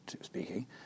speaking